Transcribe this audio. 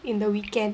in the weekend